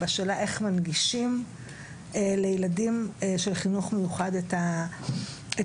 לעסוק בשאלה איך מנגישים לילדים של החינוך המיוחד את הצרכים,